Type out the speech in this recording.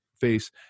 face